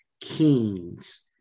kings